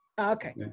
Okay